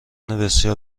بسیار